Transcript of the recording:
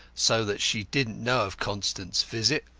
so that she didn't know of constant's visit,